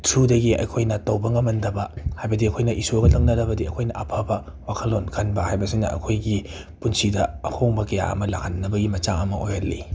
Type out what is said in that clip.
ꯊ꯭ꯔꯨꯗꯒꯤ ꯑꯩꯈꯣꯏꯅ ꯇꯧꯕ ꯉꯝꯃꯝꯗꯕ ꯍꯥꯏꯕꯗꯤ ꯑꯩꯈꯣꯏꯅ ꯏꯁꯣꯔꯒ ꯅꯛꯅꯔꯕꯗꯤ ꯑꯩꯈꯣꯏꯅ ꯑꯐꯕ ꯋꯥꯈꯜꯂꯣꯟ ꯈꯟꯕ ꯍꯥꯏꯕꯁꯤꯅ ꯑꯩꯈꯣꯏꯒꯤ ꯄꯨꯟꯁꯤꯗ ꯑꯍꯣꯡꯕ ꯀꯌꯥ ꯑꯃ ꯂꯥꯛꯍꯟꯅꯕꯒꯤ ꯃꯆꯥꯛ ꯑꯃ ꯑꯣꯏꯍꯜꯂꯤ